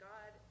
God